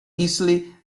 easily